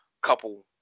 couple